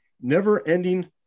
Never-ending